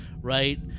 right